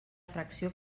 fracció